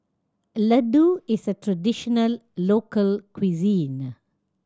ladoo is a traditional local cuisine